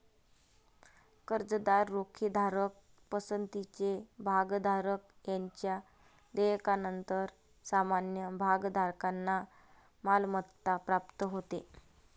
कर्जदार, रोखेधारक, पसंतीचे भागधारक यांच्या देयकानंतर सामान्य भागधारकांना मालमत्ता प्राप्त होते